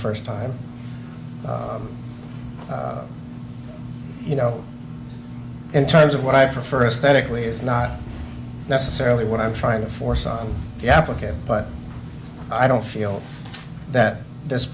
first time you know in terms of what i prefer aesthetically is not necessarily what i'm trying to force on the applicant but i don't feel that this